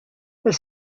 elle